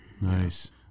Nice